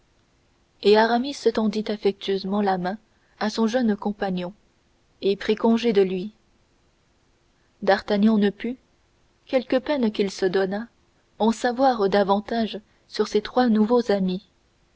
et aramis tendit affectueusement la main à son compagnon et prit congé de lui d'artagnan ne put quelque peine qu'il se donnât en savoir davantage sur ses trois nouveaux amis